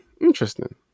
interesting